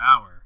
hour